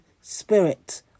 spirit